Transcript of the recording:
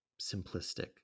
simplistic